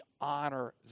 honor